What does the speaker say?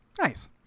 Nice